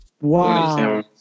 Wow